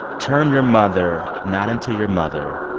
turn your mother not into your mother,